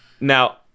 Now